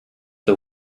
the